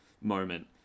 moment